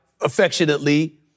affectionately